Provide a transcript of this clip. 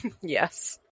Yes